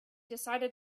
decided